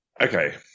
Okay